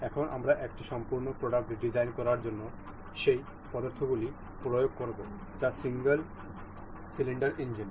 এখন আমরা একটি সম্পূর্ণ প্রোডাক্ট ডিজাইন করার জন্য সেই পদ্ধতিগুলি প্রয়োগ করব যা সিঙ্গেল সিলিন্ডার ইঞ্জিন